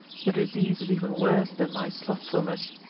the disease is even worse than my slothfulness.